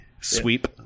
sweep